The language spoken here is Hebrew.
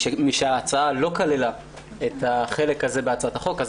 משההצעה לא כללה את החלק הזה בהצעת החוק אז